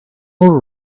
over